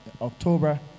October